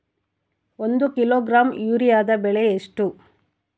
ಒಂದು ಕಿಲೋಗ್ರಾಂ ಯೂರಿಯಾದ ಬೆಲೆ ಎಷ್ಟು?